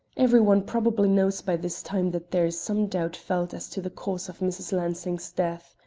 every one probably knows by this time that there is some doubt felt as to the cause of mrs. lansing's death.